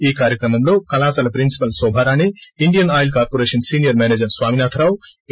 ఈ కార్యక్రమంలో కళాశాల principal Shobharani Indian oil corporation senior manager Swaminadharao ఎ